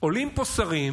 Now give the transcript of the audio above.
עולים פה שרים